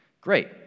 Great